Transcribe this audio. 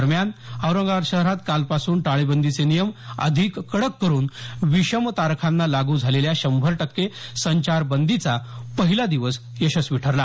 दरम्यान औरंगाबाद शहरात कालपासून टाळेबंदीचे नियम अधिक कडक करुन विषम तारखांना लागू झालेल्या शंभर टक्के संचारबंदीचा पहिला दिवस यशस्वी ठरला